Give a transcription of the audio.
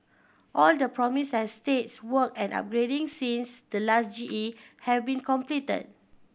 all the promised estates work and upgrading since the last G E have been completed